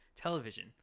television